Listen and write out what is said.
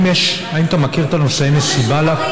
הם לא משוחררים.